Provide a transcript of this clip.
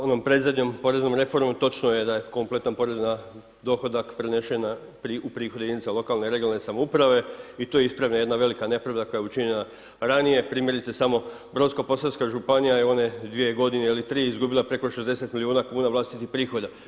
Ovom predzadnjom poreznom reformom točno je da je kompletan porez na dohodak prenešen u prihode jedinice lokalne i regionalne samouprave i tu je ispravljena jedna nepravda koja je učenjena ranije, primjerice samo Brodsko-posavska županija je u one dvije godine ili tri izgubila preko 60 milijuna kn vlastitih prihoda.